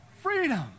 Freedom